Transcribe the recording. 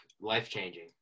life-changing